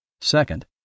Second